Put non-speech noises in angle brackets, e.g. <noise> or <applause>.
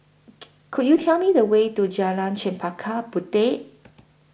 <noise> Could YOU Tell Me The Way to Jalan Chempaka Puteh